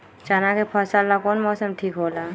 चाना के फसल ला कौन मौसम ठीक होला?